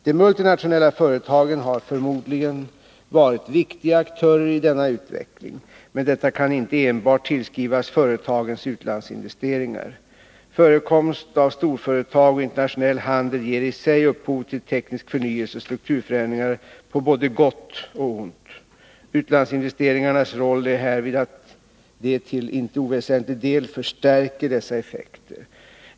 De multinationella företagen har förmodligen varit viktiga aktörer i denna utveckling, men detta kan inte enbart tillskrivas företagens utlandsinvesteringar. Förekomst av storföretag och internationell handel ger i sig upphov till teknisk förnyelse och strukturförändringar på både gott och ont. Utlandsinvesteringarnas roll är härvid att de till inte oväsentlig del förstärker dessa effekter.